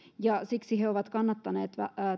ja siksi he ovat kannattaneet